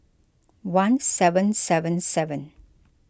one seven seven seven